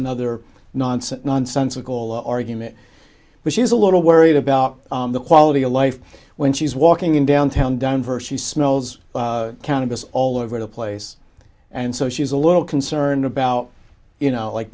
another nonsense nonsensical argument but she is a little worried about the quality of life when she's walking in downtown denver she smells countess all over the place and so she's a little concerned about you know like